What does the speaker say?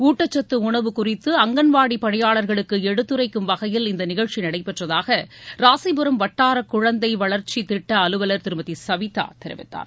ஊட்டச்சத்து உணவு குறித்து அங்கன்வாடி பணியாளர்களுக்கு எடுத்துரைக்கும் வகையில் இந்த நிகழ்ச்சி நடைபெற்றதாக ராசிபுரம் வட்டார குழந்தை வளர்ச்சி திட்ட அலுவலர் திருமதி சவிதா தெரிவித்தார்